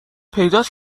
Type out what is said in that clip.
پیدات